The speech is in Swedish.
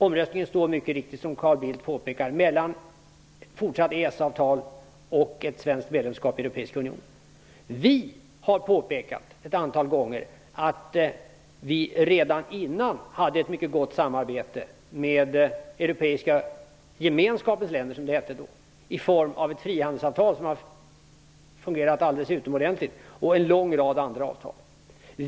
Omröstningen står mycket riktigt, som Carl Bildt påpekar, mellan fortsatt EES-avtal och ett svenskt medlemskap i Vi har påpekat ett antal gånger att vi redan tidigare hade ett mycket gott samarbete med Europeiska gemenskapens länder, som det hette då, i form av ett frihandelsavtal som har fungerat alldeles utomordentligt och en lång rad andra avtal.